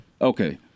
Okay